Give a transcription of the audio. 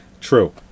true